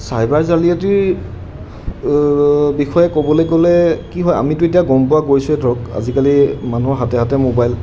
cyber জালিয়াতিৰ বিষয়ে ক'বলৈ গ'লে কি হয় আমিতো এতিয়া গম পোৱা গৈছোঁৱেই ধৰক আজিকালি মানুহৰ হাতে হাতে মোবাইল